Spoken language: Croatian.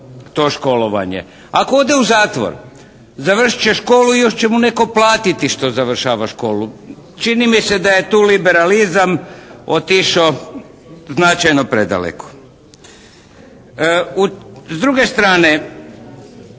to školovanje. Ako ode u zatvor završit će školu i još će mu netko platiti što završava školu. Čini mi se da je tu liberalizam otišao značajno predaleko. S druge strane